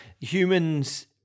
humans